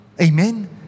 Amen